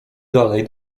dalej